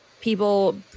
people